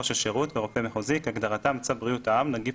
"ראש השירות" ו"רופא מחוזי" כהגדרתם בצו בריאות העם (נגיף